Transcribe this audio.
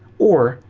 or,